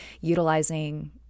utilizing